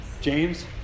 James